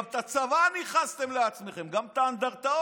גם את הצבא ניכסתם לעצמכם, גם את האנדרטאות,